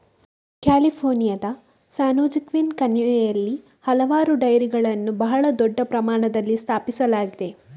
ಕ್ಯಾಲಿಫೋರ್ನಿಯಾದ ಸ್ಯಾನ್ಜೋಕ್ವಿನ್ ಕಣಿವೆಯಲ್ಲಿ ಹಲವಾರು ಡೈರಿಗಳನ್ನು ಬಹಳ ದೊಡ್ಡ ಪ್ರಮಾಣದಲ್ಲಿ ಸ್ಥಾಪಿಸಲಾಗಿದೆ